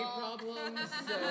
problems